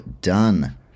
done